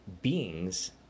beings